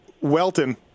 Welton